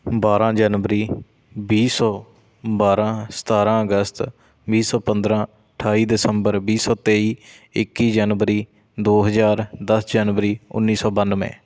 ਬਾਰ੍ਹਾਂ ਜਨਵਰੀ ਵੀਹ ਸੌ ਬਾਰ੍ਹਾਂ ਸਤਾਰਾਂ ਅਗਸਤ ਵੀਹ ਸੌ ਪੰਦਰਾਂ ਅਠਾਈ ਦਸੰਬਰ ਵੀਹ ਸੌ ਤੇਈ ਇੱਕੀ ਜਨਵਰੀ ਦੋ ਹਜ਼ਾਰ ਦਸ ਜਨਵਰੀ ਉੱਨੀ ਸੌ ਬਾਨ੍ਹਵੇਂ